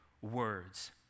words